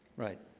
right